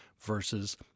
versus